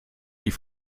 die